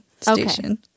Station